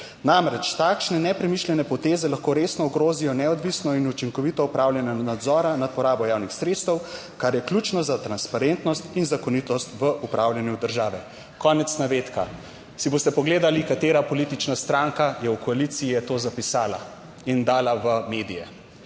Namreč, takšne nepremišljene poteze lahko resno ogrozijo neodvisno in učinkovito opravljanje nadzora nad porabo javnih sredstev, kar je ključno za transparentnost in zakonitost v upravljanju države." (Konec navedka.) Si boste pogledali katera politična stranka je v koaliciji, je to zapisala in dala v medije?